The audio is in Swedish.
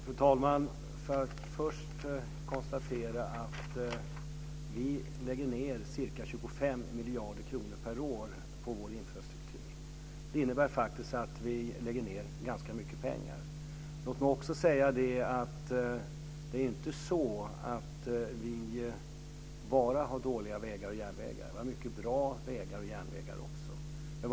Fru talman! Får jag först konstatera att vi avsätter ca 25 miljarder kronor per år på vår infrastruktur, och det innebär att vi avsätter ganska mycket pengar. Låt mig också säga att det inte är så att vi bara har dåliga vägar och järnvägar; vi har mycket bra vägar och järnvägar också.